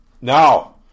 now